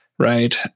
Right